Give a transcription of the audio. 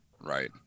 Right